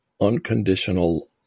unconditional